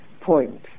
point